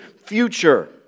future